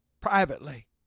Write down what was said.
privately